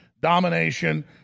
domination